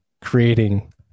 creating